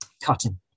cutting